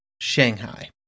Shanghai